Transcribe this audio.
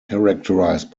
characterized